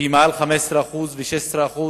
היא מעל 15% ו-16%,